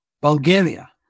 Bulgaria